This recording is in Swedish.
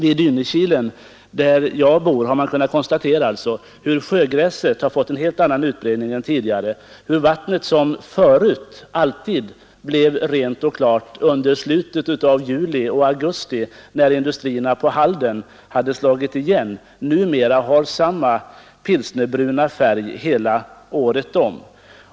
I Dynekilen, där jag bor, har man alltså kunnat konstatera hur sjögräset har fått en helt annan utbredning än tidigare och hur vattnet — som förut alltid blev rent och klart under slutet av juli och i augusti när industrierna i Halden hade slagit igen — numera har samma pilsnerbruna färg hela året om.